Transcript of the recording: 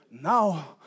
Now